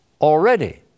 already